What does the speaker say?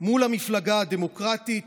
מול המפלגה הדמוקרטית